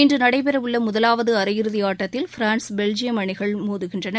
இன்று நடைபெறவுள்ள முதலாவது அரையிறுதி ஆட்டத்தில் பிரான்ஸ் பெல்ஜியம் அணிகள் மோதுகின்றன